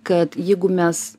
kad jeigu mes